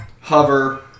hover